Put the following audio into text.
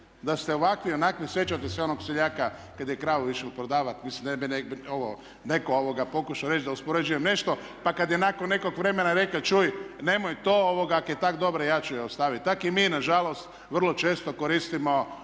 da ste ovakvi i onakvi, sjećate se onog seljaka kad je kravu išel prodavat, mislim da ne bi ovo neko pokušao reći da uspoređujem nešto, pa kad je nakon nekog vremena rekel čuj nemoj to, ak' je tak' dobra ja ću je ostavit. Tak i mi na žalost vrlo često koristimo